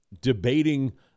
debating